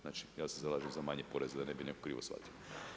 Znači ja se zalažem za manje poreze da ne bi neko krivo shvatio.